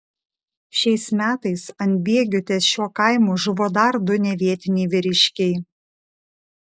šiais metais ant bėgių ties šiuo kaimu žuvo dar du nevietiniai vyriškiai